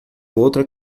outra